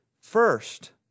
First